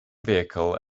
vehicle